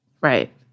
Right